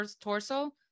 torso